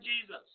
Jesus